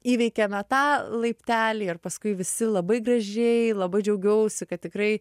įveikiame tą laiptelį ir paskui visi labai gražiai labai džiaugiausi kad tikrai